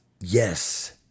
Yes